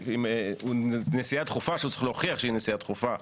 כמו נסיעה דחופה שהוא צריך להוכיח שהיא נסיעה דחופה,